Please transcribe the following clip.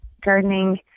gardening